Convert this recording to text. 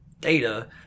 data